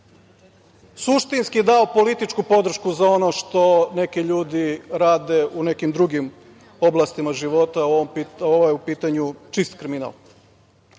suštinski dao političku podršku za ono što neki ljudi rade u nekim drugim oblastima života, ovo je u pitanju čist kriminal. Ja